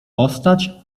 postać